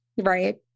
Right